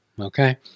Okay